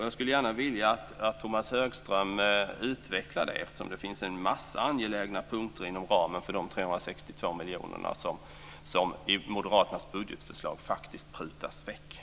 Jag skulle gärna vilja att Tomas Högström utvecklar det. Det finns en mängd angelägna punkter inom ramen för de 362 miljoner som enligt moderaternas budgetförslag ska prutas bort.